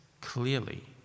clearly